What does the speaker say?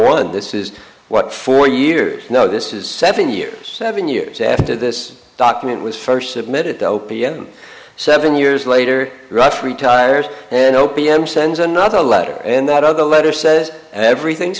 one this is what four years now this is seven years seven years after this document was first submitted o p m seven years later rush retires and o p m sends another letter and that other letter says everything's